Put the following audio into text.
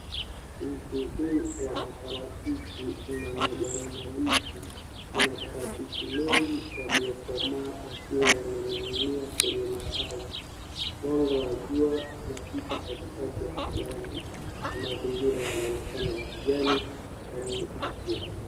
Mti huu wa maparachichi una majani mabichi na maparachichi mengi yakiyokomaa yakininginia kwenye matawi. Mwanga wa jua unapita katikati ya majani na mazingira yanaonekana ya kijani yenye afya.